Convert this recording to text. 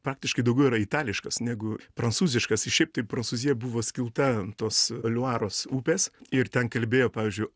praktiškai daugiau yra itališkas negu prancūziškas šiaip taip prancūzija buvo skilta tos liuaros upės ir ten kalbėjo pavyzdžiui